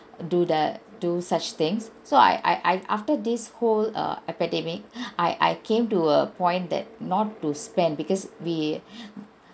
do that do such things so I I I after this whole err epidemic I I came to a point that not to spend because we